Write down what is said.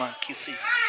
kisses